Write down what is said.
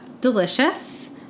Delicious